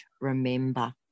remember